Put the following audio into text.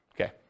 Okay